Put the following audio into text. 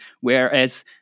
whereas